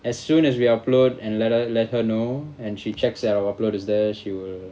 as soon as we upload and let her let her know and she checks that our upload is there she will